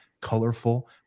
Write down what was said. colorful